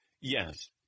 Yes